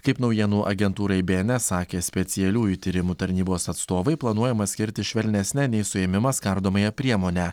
kaip naujienų agentūrai bns sakė specialiųjų tyrimų tarnybos atstovai planuojama skirti švelnesnę nei suėmimas kardomąją priemonę